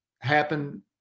happen